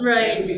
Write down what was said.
Right